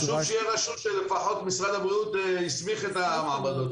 חשוב שיהיה רשום לפחות שמשרד הבריאות הסמיך את המעבדות.